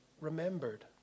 remembered